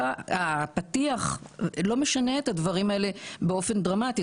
הפתיח לא משנה את הדברים האלה באופן דרמטי.